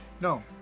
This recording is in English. No